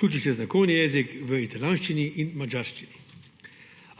vključi še znakovni jezik v italijanščini in madžarščini.